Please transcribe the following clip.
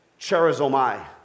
cherizomai